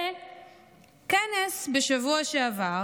וכנס בשבוע שעבר